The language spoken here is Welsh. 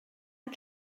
mae